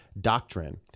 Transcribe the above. doctrine